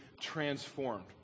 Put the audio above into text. transformed